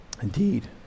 Indeed